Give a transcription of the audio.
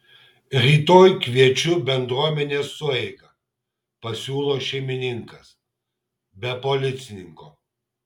rytoj kviečiu bendruomenės sueigą pasiūlo šeimininkas be policininko